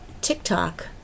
TikTok